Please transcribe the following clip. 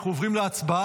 אנחנו עוברים להצבעה